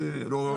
אז לא.